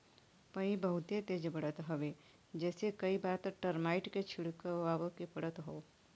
पई बहुते तेज बढ़त हवे जेसे कई बार त टर्माइट के छिड़कवावे के पड़त हौ